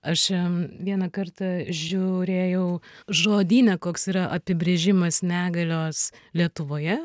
aš vieną kartą žiūrėjau žodyne koks yra apibrėžimas negalios lietuvoje